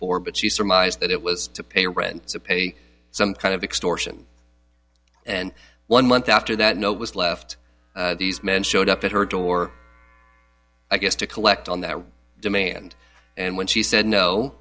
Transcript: for but she surmised that it was to pay rent to pay some kind of extortion and one month after that note was left these men showed up at her door i guess to collect on that demand and when she said no